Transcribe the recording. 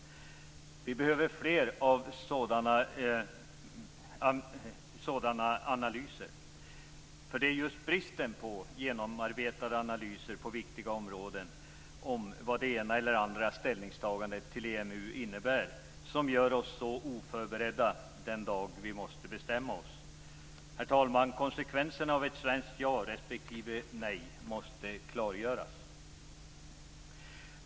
Vi behöver fler sådana analyser. Det är just bristen på genomarbetade analyser på viktiga områden av vad det ena eller det andra ställningstagandet till EMU innebär som gör oss så oförberedda den dag när vi måste bestämma oss. Herr talman! Konsekvenserna av ett svenskt ja respektive ett svenskt nej måste klargöras.